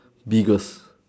biggest